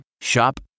Shop